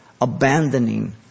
abandoning